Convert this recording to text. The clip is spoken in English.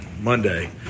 Monday